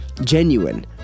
genuine